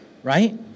right